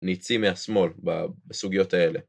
ניצים מהשמאל בסוגיות האלה.